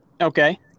Okay